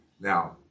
Now